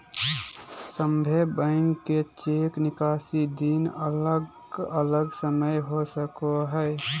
सभे बैंक के चेक निकासी दिन अलग अलग समय हो सको हय